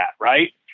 Right